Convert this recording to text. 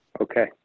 Okay